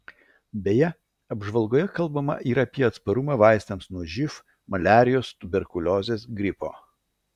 beje apžvalgoje kalbama ir apie atsparumą vaistams nuo živ maliarijos tuberkuliozės gripo